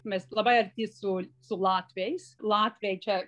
mes labai arti su su latviais latviai čia